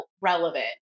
relevant